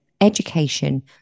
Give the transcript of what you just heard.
education